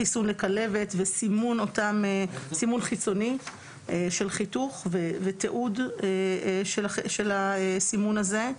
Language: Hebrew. חיסון לכלבת וסימון חיצוני של חיתוך ותיעוד של הסימון הזה.